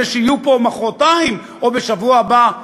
אלה שיהיו פה מחרתיים או בשבוע הבא,